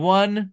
one